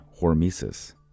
Hormesis